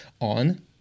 on